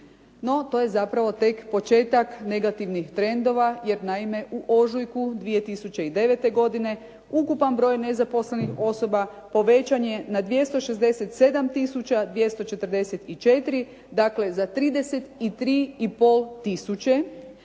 No to je zapravo tek početak negativnih trendova. Jer naime u ožujku 2009. godine ukupan broj nezaposlenih osoba povećan je na 267 tisuća 244 dakle za 33